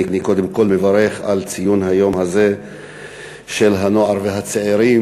קודם כול אני מברך על ציון היום הזה של הנוער והצעירים,